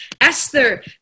Esther